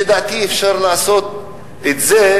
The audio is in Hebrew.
לדעתי אפשר לעשות את זה,